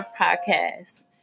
podcast